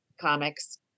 comics